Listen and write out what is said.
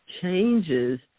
changes